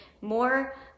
more